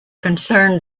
concerned